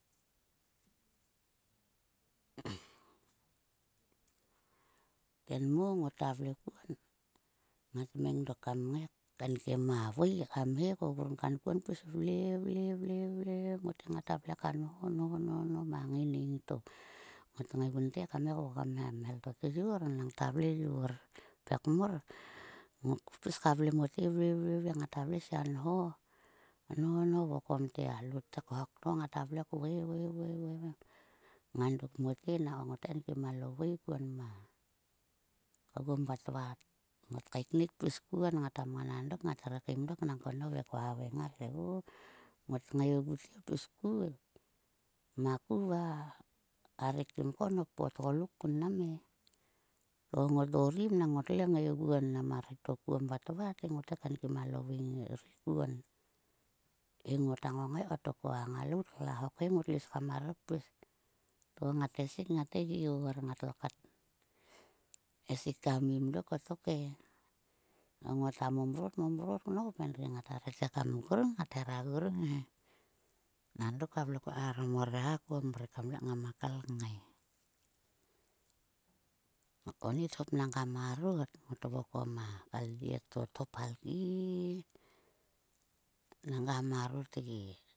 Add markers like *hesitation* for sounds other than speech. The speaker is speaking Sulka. *hesitation* tenmo ngota vle kuon. ngata meng dok kam ngai kaenkim a vui ka mhe. Ko grung kankuon pis vle. vle. vle mote. Ngate ka nho. nho. nho ma ngaing to ngot ngaigunte kam nggai gunte kam ngai kvokom a mhel to tyor nang ta vle yor pek mor. Kpis vle. mote. vle. vle ka nho nho, te a lot te khok to ngata vei. vei. vei ngang dok mote. Nangko ngote kainkim alo vui kuo ma, oguom vatvat. Ngot kaeknik pis kuon, ngata re kmim dok nangko nove kua haveng ngar te o ngot ngaigu te pis ku, maku va a rek tim ko nop o tgo oim nang ngotle ngaiguon ma rek to kuom vatvat he ngot ngae enkim a lo vui ri kuon. He ngota ngongai kottok ko a ngailout klahok he ngotlo is kam marer kpis. Ngate gi gor, ngatlo kat esik kam im dok e. To ngota momrot. momrot knop. Endri ngata havei kam grung. ngat hera grung, ngat hera grung he. Nang dok koa vle kuon kaeharom o reha kuon mrek kamlengama kal kngai. Ngot ko.